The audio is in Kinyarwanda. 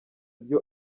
ibyo